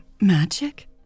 magic